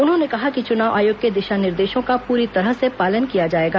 उन्होंने कहा कि चुनाव आयोग के दिशा निर्देशों का पूरी तरह से पालन किया जाएगा